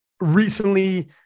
Recently